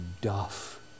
Duff